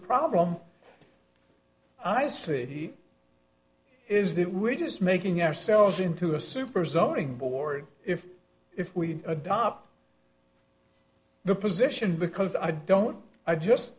problem i see is that we're just making ourselves into a super zoning board if if we adopt the position because i don't i just